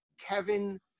Kevin